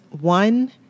one